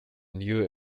new